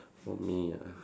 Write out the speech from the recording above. what me